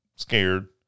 Scared